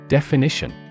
Definition